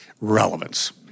Relevance